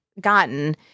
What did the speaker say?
gotten